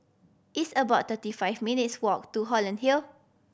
it's about thirty five minutes' walk to Holland Hill